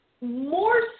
more